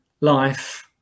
life